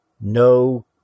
No